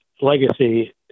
legacy